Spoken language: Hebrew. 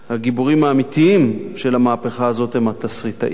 הגיבורים האמיתיים של המהפכה הזאת הם התסריטאים,